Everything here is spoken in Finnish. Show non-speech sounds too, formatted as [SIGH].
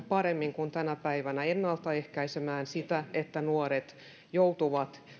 [UNINTELLIGIBLE] paremmin kuin tänä päivänä ennaltaehkäisemään sitä että nuoret joutuvat